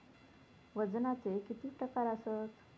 वजनाचे किती प्रकार आसत?